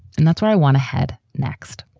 and that's what i want to head next.